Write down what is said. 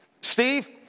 Steve